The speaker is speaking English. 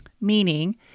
meaning